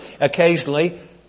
Occasionally